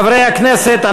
חברי הכנסת,